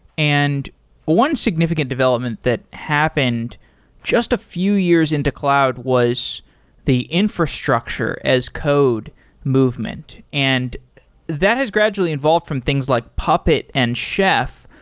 and one significant development that happened just a few years into cloud was the infrastructure as code movement. and that has gradually evolved from things like puppet and chef,